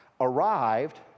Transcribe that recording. arrived